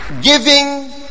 giving